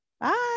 Bye